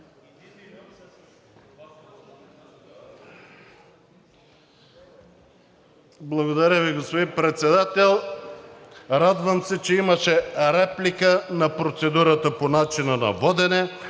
Благодаря Ви. Господин Председател, радвам се, че имаше реплика на процедурата по начина на водене.